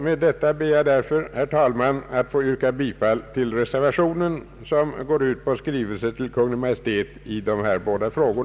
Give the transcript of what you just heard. Med detta ber jag, herr talman, att få yrka bifall till reservationen, vari yrkas på en skrivelse till Kungl. Maj:t i dessa båda frågor.